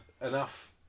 enough